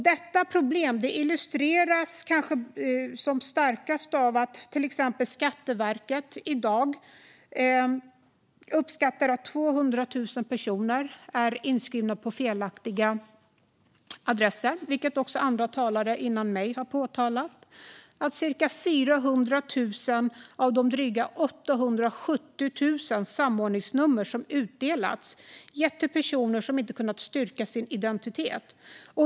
Detta problem illustreras kanske som tydligast av att Skatteverket i dag uppskattar att 200 000 personer är inskrivna på felaktiga adresser, vilket också andra talare före mig har påtalat, och att cirka 400 000 av de drygt 870 000 samordningsnummer som utdelats getts till personer som inte kunnat styrka sin identitet.